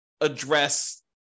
address